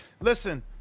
Listen